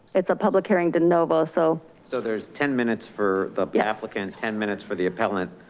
it's a public hearing denovo. so so there's ten minutes for the yeah applicant, ten minutes for the appellant.